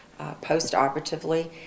postoperatively